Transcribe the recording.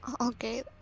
okay